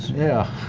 yeah.